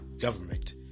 government